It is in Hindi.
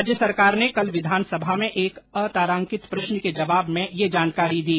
राज्य सरकार ने कल विधानसभा में एक अतारांकित प्रश्न के जवाब में यह जानकारी दी